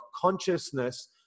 consciousness